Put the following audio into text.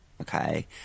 okay